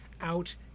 Out